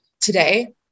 today